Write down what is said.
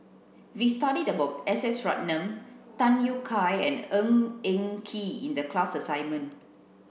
we studied about S S Ratnam Tham Yui Kai and Ng Eng Kee in the class assignment